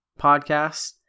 podcast